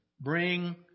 bring